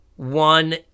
One